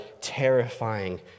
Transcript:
terrifying